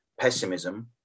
pessimism